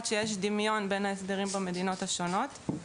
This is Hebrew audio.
שיש דמיון בין ההסדרים במדינות השונות.